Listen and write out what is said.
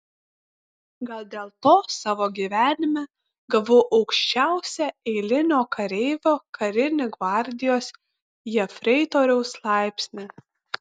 gal dėl to savo gyvenime gavau aukščiausią eilinio kareivio karinį gvardijos jefreitoriaus laipsnį